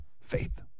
Faith